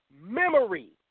memory